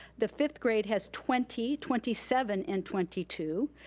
the fifth grade has twenty, twenty seven and twenty two.